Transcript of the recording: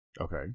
Okay